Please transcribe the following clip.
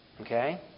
Okay